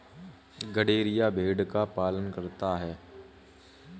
गड़ेरिया भेड़ का पालन करता है